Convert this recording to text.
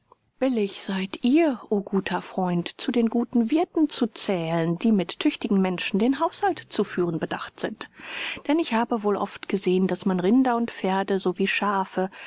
billig seid ihr o freund zu den guten wirthen zu zählen die mit tüchtigen menschen den haushalt zu führen bedacht sind denn ich habe wohl oft geseh'n daß man rinder und pferde so wie schafe